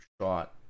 shot